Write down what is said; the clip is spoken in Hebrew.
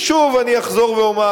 ושוב אני אחזור ואומר,